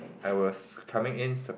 I was coming in sup~